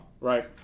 Right